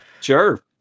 Sure